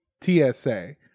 TSA